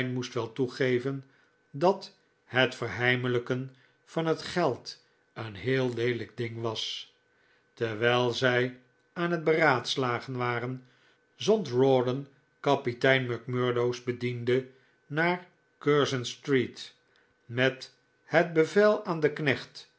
moest wel toegeven dat het verheimelijken van het geld een heel leelijk ding was terwijl zij aan het beraadslagen waren zond rawdon kapitein macmurdo's bediende naar curzon street met het bevel aan den knecht